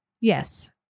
Yes